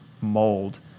mold